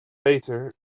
peter